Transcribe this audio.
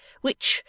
which,